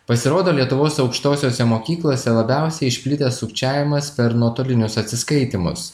pasirodo lietuvos aukštosiose mokyklose labiausiai išplitęs sukčiavimas per nuotolinius atsiskaitymus